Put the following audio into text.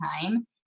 time